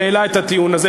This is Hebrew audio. שהעלה את הטיעון הזה.